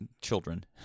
children